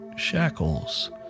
shackles